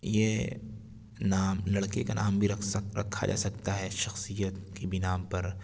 یہ نام لڑکے کا نام بھی رکھ سک رکھا جا سکتا ہے شخصیت کی بھی نام پر